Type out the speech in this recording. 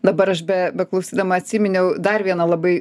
dabar aš be beklausydama atsiminiau dar vieną labai